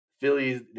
Phillies